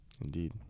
Indeed